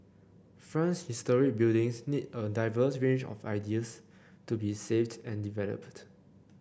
France's historic buildings need a diverse range of ideas to be saved and developed